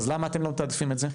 אז למה אתם לא מתעדפים את זה?